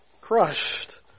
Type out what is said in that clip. Crushed